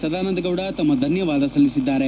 ಸದಾನಂದ ಗೌಡ ತಮ್ಮ ಧನ್ದವಾದ ಸಲ್ಲಿಸಿದ್ದಾರೆ